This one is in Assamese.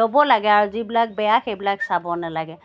ল'ব লাগে আৰু যিবিলাক বেয়া সেইবিলাক চাব নালাগে